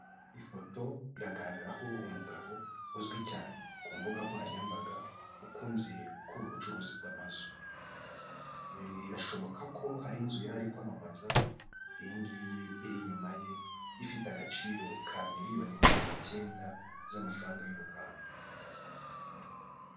Ifoto iragaragaraho umugabo uzwi cyane ku mbuga nkoranyambaga, ukunze gu gukora ubucuruzi bw'amazu, birashoboka ko hari inzu yari ari kwamamaza, iyi ngiyi iri inyuma ye, ifite agaciro ka miliyoni mirongo icyenda z'amafaranga y'u Rwanda.